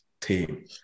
team